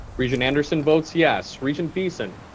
regent anderson votes yes. regent beeson?